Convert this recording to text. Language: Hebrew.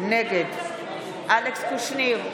נגד אלכס קושניר,